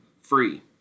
free